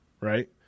Right